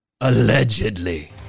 Allegedly